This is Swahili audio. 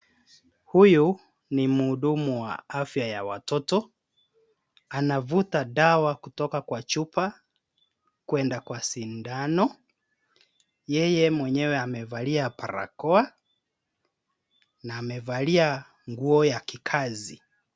Huyu ni mhudumu wa afya ya watoto. anavuta dawa kutoka kwa chupa kwenda kwa sindano. Yeye mwenyewe amevaa barakoa na amevalia nguo ya kikazi.